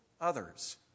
others